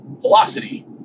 velocity